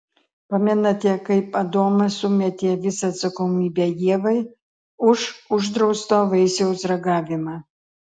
pamenate kaip adomas sumetė visą atsakomybę ievai už uždrausto vaisiaus ragavimą